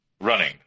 running